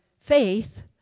faith